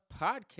podcast